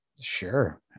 Sure